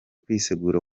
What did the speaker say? kwisegura